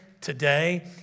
today